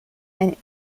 and